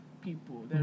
people